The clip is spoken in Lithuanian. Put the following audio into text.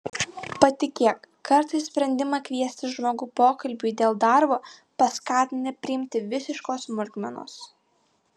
patikėk kartais sprendimą kviesti žmogų pokalbiui dėl darbo paskatina priimti visiškos smulkmenos